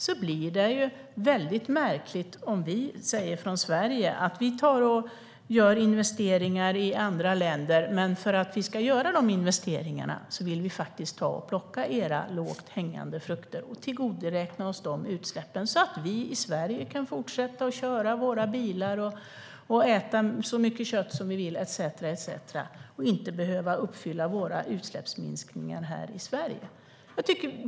Då blir det märkligt om vi från Sveriges sida säger att vi gör investeringar i andra länder om vi får plocka deras lågt hängande frukter och tillgodoräkna oss de utsläppen så att vi inte behöver uppfylla våra utsläppsminskningar här i Sverige utan kan fortsätta köra våra bilar och äta så mycket kött som vi vill etcetera.